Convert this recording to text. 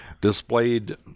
displayed